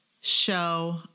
show